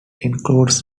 includes